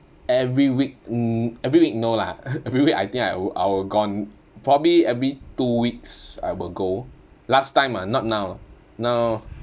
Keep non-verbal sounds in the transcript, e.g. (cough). every week every week no lah (laughs) every week I think I will I will gone probably every two weeks I will go last time lah not now now